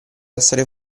esser